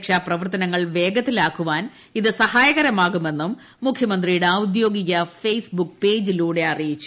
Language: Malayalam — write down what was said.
രക്ഷാപ്രവർത്ത്നങ്ങൾ വേഗത്തിലാക്കുവാൻ അത് സഹായകരമാകുമെന്നും മുഖ്യമന്ത്രി ഒദ്യോഗിക ഫേസ്ബുക്ക് പേജിലൂടെ അറിയിച്ചു